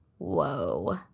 Whoa